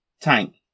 tank